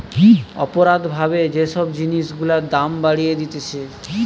অপরাধ ভাবে যে সব জিনিস গুলার দাম বাড়িয়ে দিতেছে